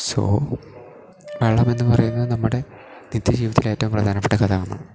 so വെള്ളമെന്ന് പറയുന്നത് നമ്മുടെ നിത്യജീവിതത്തിലെ ഏറ്റവും പ്രധാനപ്പെട്ട ഘടകമാണ്